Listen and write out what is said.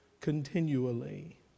continually